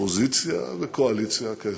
אופוזיציה וקואליציה כאחד,